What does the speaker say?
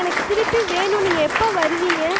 எனக்குத் திருப்பி வேணும் நீங்கள் எப்போ வருவீங்கள்